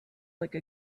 like